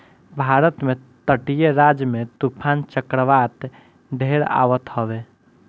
भारत के तटीय राज्य में तूफ़ान चक्रवात ढेर आवत हवे